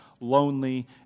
lonely